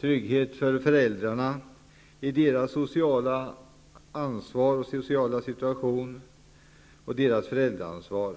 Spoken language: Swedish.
trygghet för föräldrarna i deras sociala ansvar och situation, i deras föräldraansvar.